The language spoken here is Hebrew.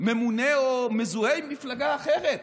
ממונה או מזוהה עם מפלגה אחרת,